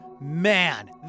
Man